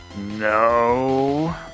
-"No